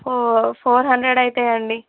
ఫో four hundred అవుతాయి అండి